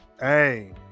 hey